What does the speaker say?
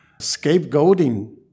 Scapegoating